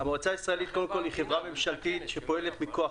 המועצה הישראלית לצרכנות פועלת לפי החוק